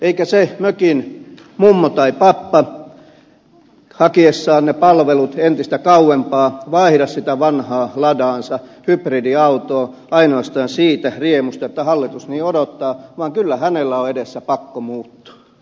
eikä se mökin mummo tai pappa hakiessaan ne palvelut entistä kauempaa vaihda sitä vanhaa ladaansa hybridiautoon ainoastaan siitä riemusta että hallitus niin odottaa vaan kyllä hänellä on edessä pakkomuutto